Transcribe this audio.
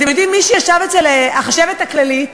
אתם יודעים, מי שיושב אצל החשבת הכללית,